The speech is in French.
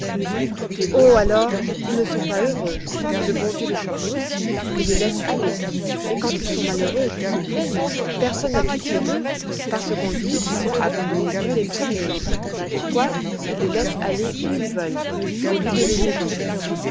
oh alors ils ne sont pas heureux le bon dieu les oublie aussi et les laisse aller et quand ils sont malheureux et qu'ils se plaignent personne n'a pitié d'eux parce qu'on dit qu'ils ont abandonné dieu les premiers c'est pourquoi il les laisse aller où ils veulent au lieu de les aider